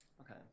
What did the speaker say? Okay